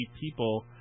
people